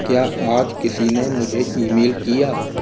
क्या आज किसी ने मुझे ईमेल किया